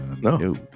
No